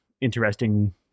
interesting